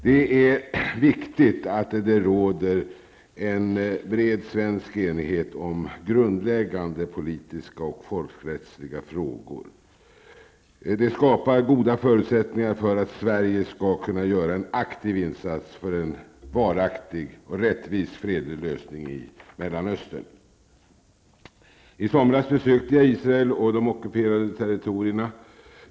Det är viktigt att det råder en bred svensk enighet om grundläggande politiska och folkrättsliga frågor. Det skapar goda förutsättningar för att Sverige skall kunna göra en aktiv insats för en varaktig och rättvis fredlig lösning i Mellanöstern. I somras besökte jag Israel och de ockuperade territorierna.